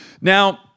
Now